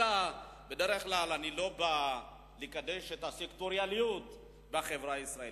בדרך כלל אני לא בא לקדש את הסקטוריאליות בחברה הישראלית,